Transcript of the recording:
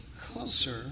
closer